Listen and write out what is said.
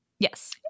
Yes